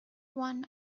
one